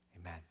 Amen